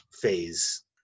phase